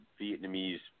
Vietnamese